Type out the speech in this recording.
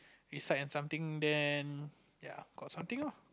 recite and something then ya got something lah